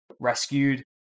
rescued